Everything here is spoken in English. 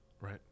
right